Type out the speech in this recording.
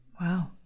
Wow